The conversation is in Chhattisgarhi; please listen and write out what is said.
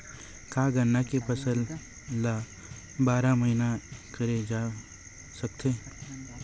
का गन्ना के फसल ल बारह महीन करे जा सकथे?